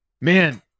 Man